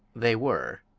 they were,